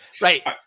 right